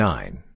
Nine